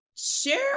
Share